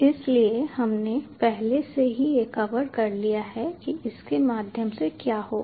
इसलिए हमने पहले ही ये कवर कर लिया है कि इसके माध्यम से क्या होगा